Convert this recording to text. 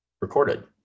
recorded